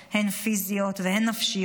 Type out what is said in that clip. הן פיזיות והן נפשיות.